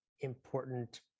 important